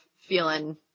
feeling